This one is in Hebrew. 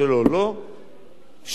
שוב, בתקציב, זה משהו אחר לגמרי.